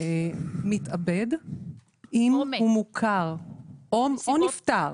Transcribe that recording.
מתאבד או נפטר